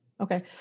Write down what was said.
Okay